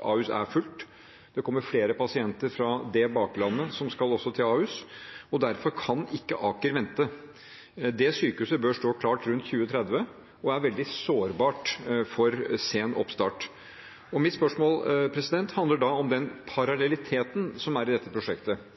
Ahus er fullt. Det kommer flere pasienter fra det baklandet som også skal til Ahus, og derfor kan ikke Aker vente. Det sykehuset bør stå klart rundt 2030 og er veldig sårbart for sen oppstart. Mitt spørsmål handler om parallelliteten i dette prosjektet.